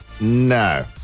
No